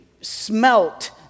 smelt